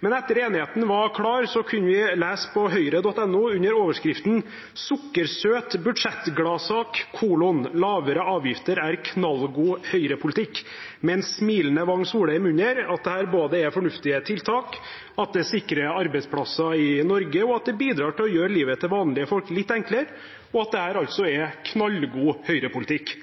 Men etter at enigheten var klar, kunne vi lese på høyre.no under overskriften «Sukkersøt budsjett-gladsak: – Lavere avgifter er knallgod Høyre-politikk» – med en smilende Wang Soleim under – både at dette er fornuftige tiltak, at det sikrer arbeidsplasser i Norge, at det bidrar til å gjøre livet til vanlige folk litt enklere, og at dette altså er knallgod Høyre-politikk.